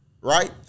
right